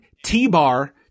T-Bar